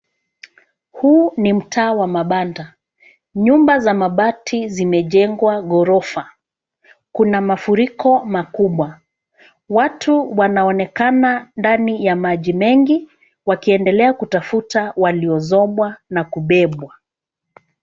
Huu ni mtaa wa mabanda. Nyumba za mabati zimejengwa ghorofa. Kuna mafuriko makubwa. Watu wanaonekana ndani ya maji mengi wakiendelea kutafuta waliozombwa na kubebwa.